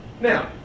Now